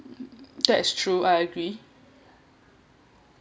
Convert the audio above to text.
that's true I agree